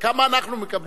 כמה אנחנו מקבלים?